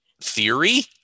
theory